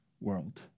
world